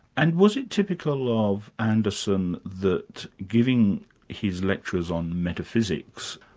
and was it typical of anderson that giving his lectures on metaphysics,